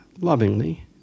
lovingly